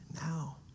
now